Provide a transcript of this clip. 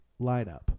lineup